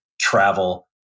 travel